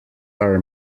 are